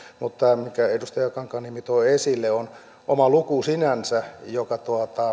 tämä minkä edustaja kankaanniemi toi esille on oma luku sinänsä joka